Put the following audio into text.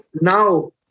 now